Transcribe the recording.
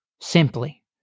simply